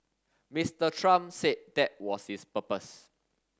Mister Trump said that was his purpose